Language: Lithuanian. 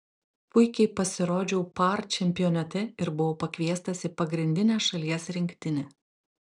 puikiai pasirodžiau par čempionate ir buvau pakviestas į pagrindinę šalies rinktinę